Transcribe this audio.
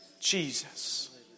Jesus